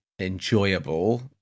enjoyable